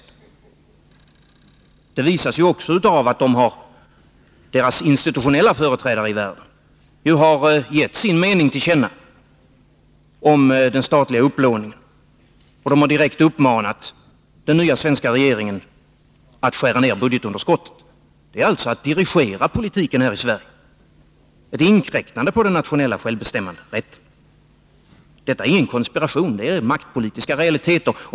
Det visar sig ju också av att deras institutionella företrädare i världen har gett sin mening om den statliga upplåningen till känna. De har direkt uppmanat den nya svenska regeringen att skära ned budgetunderskottet. Det är alltså att dirigera politiken här i Sverige, ett inkräktande på den nationella självbestämmanderätten. Detta är ingen konspiration, utan det är maktpolitiska realiteter.